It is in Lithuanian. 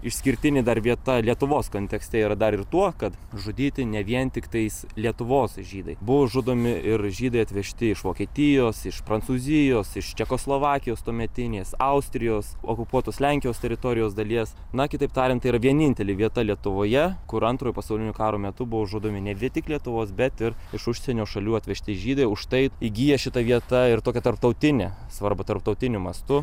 išskirtinė dar vieta lietuvos kontekste yra dar ir tuo kad žudyti ne vien tiktais lietuvos žydai buvo žudomi ir žydai atvežti iš vokietijos iš prancūzijos iš čekoslovakijos tuometinės austrijos okupuotos lenkijos teritorijos dalies na kitaip tariant tai yra vienintelė vieta lietuvoje kur antrojo pasaulinio karo metu buvo žudomi ne vien tik lietuvos bet ir iš užsienio šalių atvežti žydai už tai įgyja šita vieta ir tokią tarptautinę svarbą tarptautiniu mastu